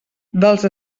dels